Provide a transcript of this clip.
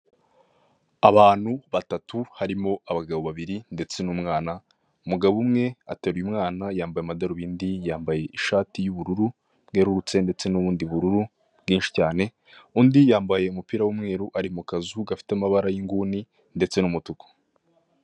Abantu batatu harimo abagabo bariri ndetse n'umwana umugabo umwe ateruye umwana yambaye adarubindi yambaye ishati y'ubururu bwerurutse ndetse n'ubundi bururu bwinshi cyane undi yambaye umupira w'umweru ari mu kazu gafite amabara y'inguni ndetse n'umutuku.